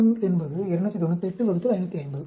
p1 என்பது 298550